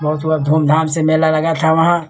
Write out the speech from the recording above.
बहुत वहाँ धूमधाम से मेला लगा था वहाँ